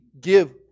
give